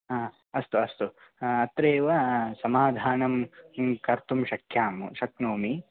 हा अस्तु अस्तु अत्रैव समाधानं म् कर्तुं शक्यमो शक्नोमि